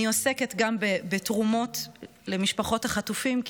אני עוסקת גם בתרומות למשפחות החטופים,